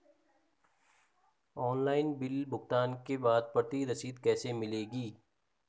Online bill भुगतान के बाद प्रति रसीद कैसे मिलेगी?